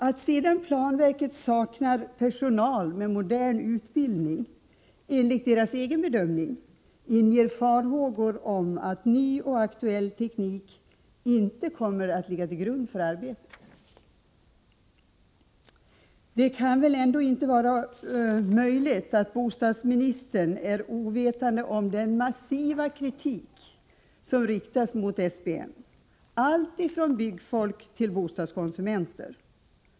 Att sedan planverket saknar personal med modern utbildning, enligt dess egen bedömning, inger farhågor för att ny och aktuell teknik inte kommer att ligga till grund för arbetet. Det kan väl ändå inte vara möjligt att bostadsministern är ovetande om den massiva kritik som riktas mot SBN av så många — alltifrån byggfolk till bostadskonsumenter.